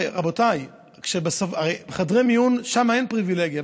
הרי רבותיי, בחדרי מיון, שם אין פריבילגיה.